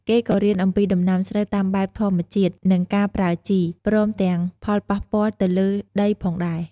គេក៏រៀនអំពីដំណាំស្រូវតាមបែបធម្មជាតិ និងការប្រើជី ព្រមទាំងផលប៉ះពាល់ទៅលើដីផងដែរ។